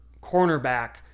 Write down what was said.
cornerback